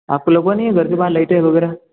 आप को लगवानी है घर के बाहर लाइटें वगैरह